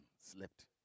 slept